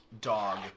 dog